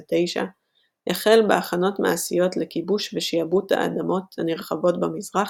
החל בהכנות מעשיות לכיבוש ושיעבוד האדמות הנרחבות במזרח,